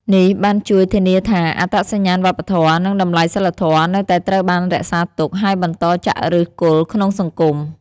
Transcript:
នេះបានជួយធានាថា អត្តសញ្ញាណវប្បធម៌ និងតម្លៃសីលធម៌នៅតែត្រូវបានរក្សាទុក ហើយបន្តចាក់ឫសគល់ក្នុងសង្គម។